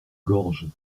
gorge